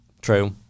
True